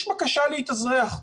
להגיש בקשה להתאזרח.